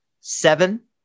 seven